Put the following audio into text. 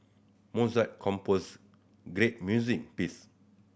Mozart composed great music piece